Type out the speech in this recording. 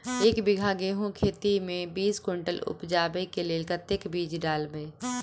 एक बीघा गेंहूँ खेती मे बीस कुनटल उपजाबै केँ लेल कतेक बीज डालबै?